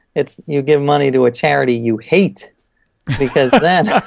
it's you give money to a charity you hate because then,